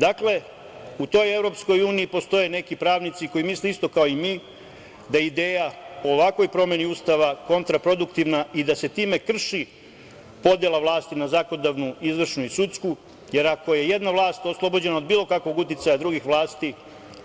Dakle, u toj EU postoje neki pravnici koji misle kao i mi da je ideja o ovakvoj promeni Ustava kontraproduktivna i da se time krši podela vlasti na zakonodavnu, izvršnu i sudsku, jer ako je jedna vlast oslobođenja od bilo kakvog uticaja drugih vlasti